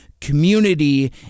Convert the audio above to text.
community